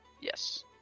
yes